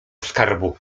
skarbu